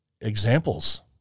examples